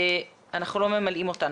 אנחנו לא ממלאים אותן.